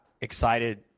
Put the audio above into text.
excited